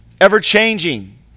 ever-changing